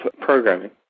programming